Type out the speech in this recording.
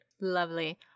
lovely